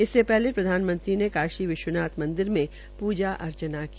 इससे पहले प्रधानमंत्री ने काशी विश्वनाथ मंदिर में पूजा अर्चना की